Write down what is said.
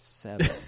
Seven